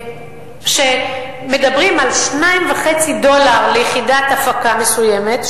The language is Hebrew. שמדברים על 2.5 דולר ליחידת הפקה מסוימת,